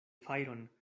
fajron